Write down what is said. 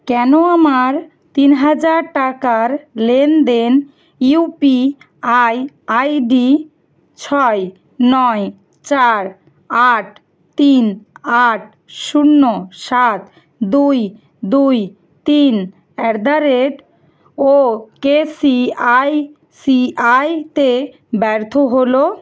কেন আমার তিন হাজার টাকার লেনদেন ইউপিআই আইডি ছয় নয় চার আট তিন আট শূন্য সাত দুই দুই তিন অ্যাট দ্য রেট ওকেসিআইসিআইতে ব্যর্থ হল